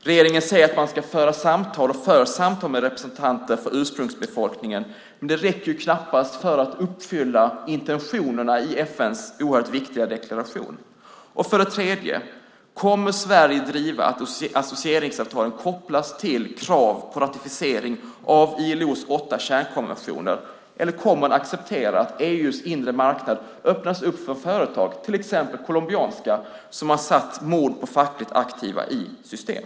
Regeringen säger att man ska föra och för samtal med representanter för ursprungsbefolkningen, men det räcker knappast för att uppfylla intentionerna i FN:s oerhört viktiga deklaration. För det tredje: Kommer Sverige att driva att associeringsavtalen kopplas till krav på ratificering av ILO:s åtta kärnkonventioner eller kommer man att acceptera att EU:s inre marknad öppnas för företag, till exempel colombianska, som har satt mord på fackligt aktiva i system?